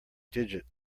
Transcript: digit